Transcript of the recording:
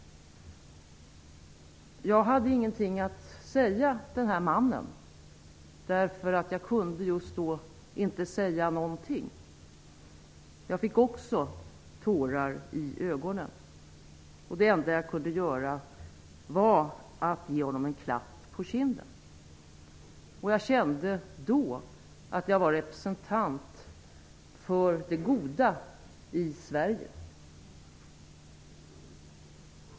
Jag hade ingenting att säga denna man. Jag kunde just då inte säga något. Jag fick också tårar i ögonen. Det enda jag kunde göra var att ge honom en klapp på kinden. Jag kände då att jag var representant för det goda i Sverige.